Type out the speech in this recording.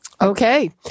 Okay